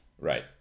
Right